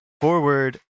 forward